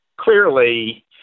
clearly